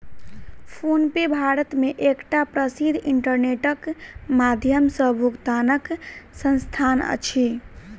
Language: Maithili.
फ़ोनपे भारत मे एकटा प्रसिद्ध इंटरनेटक माध्यम सॅ भुगतानक संस्थान अछि